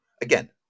Again